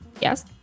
Yes